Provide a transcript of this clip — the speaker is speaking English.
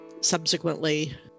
subsequently